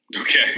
Okay